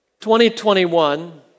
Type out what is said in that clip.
2021